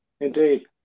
indeed